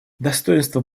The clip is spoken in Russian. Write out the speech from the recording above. достоинство